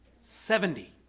Seventy